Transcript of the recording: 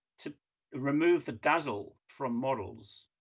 to remove the dazzle from models.